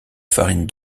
farine